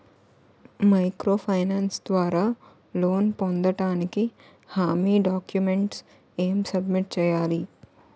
Micro finance ద్వారా loan పొందటానికి హామీ డాక్యుమెంట్స్ ఎం సబ్మిట్ చేయాలి?